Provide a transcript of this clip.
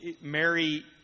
Mary